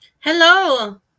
Hello